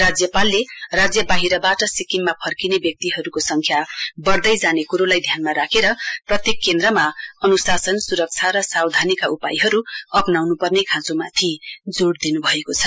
राज्यपालले राज्यवाहिरवाट सिक्किममा फर्किने व्यक्तिहरूको संख्या बढ़दै जाने कुरोलाई ध्यानमा राखेर प्रत्येक केन्द्रमा अनुशासन सुरक्षा र सावधानीका उपायहरू कड़ा रुपमा अप्राउनु पर्ने खाँचोमाथि जोड़ दिनुभएको छ